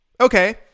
okay